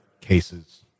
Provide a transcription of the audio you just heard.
cases